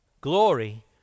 Glory